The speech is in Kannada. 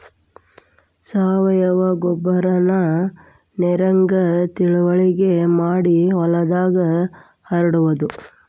ಸಾವಯುವ ಗೊಬ್ಬರಾನ ನೇರಿನಂಗ ತಿಳುವಗೆ ಮಾಡಿ ಹೊಲದಾಗ ಹರಡುದು